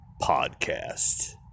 Podcast